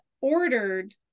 ordered